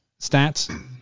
stats